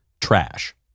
trash